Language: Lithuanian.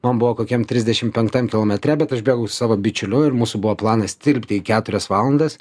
man buvo kokiam trisdešim penktam kilometre bet aš bėgau su savo bičiuliu ir mūsų buvo planas tilpti į keturias valandas